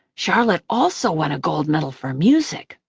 charlotte also won a gold medal for music.